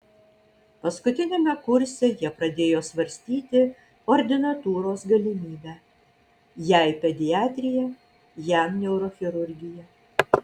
paskutiniame kurse jie pradėjo svarstyti ordinatūros galimybę jai pediatrija jam neurochirurgija